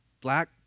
black